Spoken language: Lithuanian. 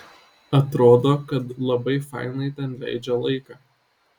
atrodo kad labai fainai ten leidžia laiką